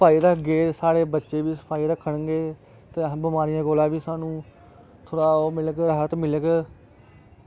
सफाई रक्खगे ते साढ़े बच्चे बी सफाई रक्खगे ते असें बमारियें कोला बी सानूं थोह्ड़ा ओह् मिलग राहत मिलग